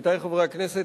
עמיתי חברי הכנסת,